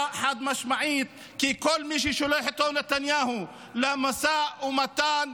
חד-משמעית שכל מי שנתניהו שולח אותו למשא ומתן,